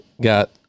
got